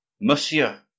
Monsieur